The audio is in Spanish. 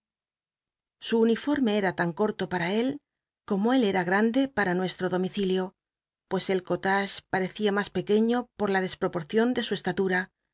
su uniforme era tan corto para él como él era wande para nuestro domici lio pues el collage parecía más pequeño por la dcspropo ciun de su cstatu